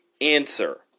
answer